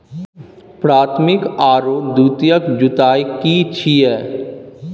प्राथमिक आरो द्वितीयक जुताई की छिये?